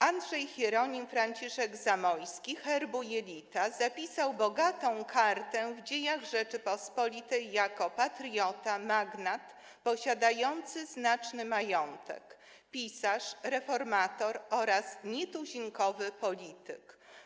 Andrzej Hieronim Franciszek Zamoyski herbu Jelita zapisał bogatą kartę w dziejach Rzeczypospolitej jako patriota, magnat posiadający znaczny majątek, pisarz, reformator oraz nietuzinkowy polityk.